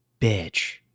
bitch